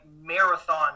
marathon